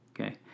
okay